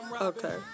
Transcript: Okay